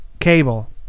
cable